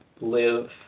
live